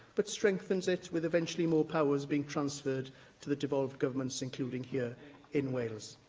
but strengthens it with eventually more powers being transferred to the devolved governments, including here in wales.